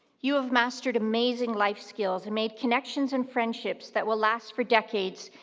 you have mastered amazing life skills and made connections and friendships that will last for decades,